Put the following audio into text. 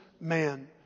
man